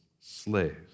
slaves